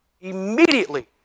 immediately